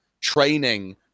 training